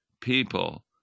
People